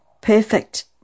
perfect